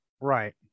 Right